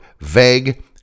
vague